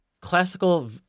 classical